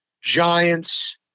giants